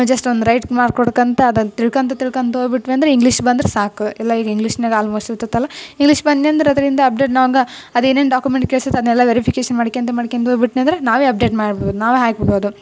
just ಒಂದು right mark ಕೊಟ್ಕೊಂತ ಅದು ತಿಳ್ಕೊಂತ ತಿಳ್ಕೊಂತ ಹೋಬಿಟ್ವಿ ಅಂದ್ರೆ ಇಂಗ್ಲೀಷ್ ಬಂದ್ರೆ ಸಾಕು ಎಲ್ಲ ಈಗ ಇಂಗ್ಲೀಷ್ನ್ಯಾಗೆ ಆಲ್ಮೋಸ್ಟ್ ಇರತೈತಲ್ಲ ಇಂಗ್ಲೀಷ್ ಬನ್ಯಂದ್ರೆ ಅದರಿಂದ ಅಪ್ಡೇಟ್ ನಾವು ಹಂಗೆ ಅದು ಏನೇನು ಡಾಕ್ಯುಮೆಂಟ್ ಕೇಳ್ಸಿತ್ತು ಅದನ್ನೆಲ್ಲ ವೆರಿಫಿಕೇಶನ್ ಮಾಡಿ ಮಾಡ್ಕ್ಯಂತ ಮಾಡ್ಕೊಂತ ಹೋಯ್ಬಿಟ್ನ್ಯಂದ್ರ್ ನಾವೇ ಅಪ್ಡೇಟ್ ಮಾಡ್ಬೋದು ನಾವೇ ಹಾಕಿಬಿಡ್ಬೋದು